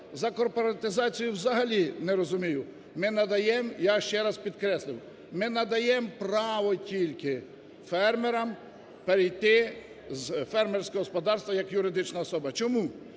За корпоратизацію взагалі не розумію. Ми надаєм, я ще раз підкреслив, ми надаєм право тільки фермерам перейти з фермерського господарства як юридична особа. Чому?